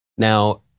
Now